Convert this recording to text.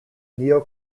neo